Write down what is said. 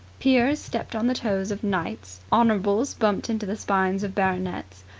peers stepped on the toes of knights honorables bumped into the spines of baronets.